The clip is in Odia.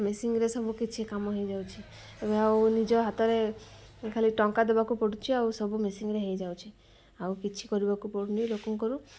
ମେସିନରେ ସବୁ କିଛି କାମ ହେଇଯାଉଛି ଏବେ ଆଉ ନିଜ ହାତରେ ଖାଲି ଟଙ୍କା ଦେବାକୁ ପଡ଼ୁଛି ଆଉ ସବୁ ମେସିନରେ ହେଇଯାଉଛି ଆଉ କିଛି କରିବାକୁ ପଡ଼ୁନି ଲୋକଙ୍କରୁ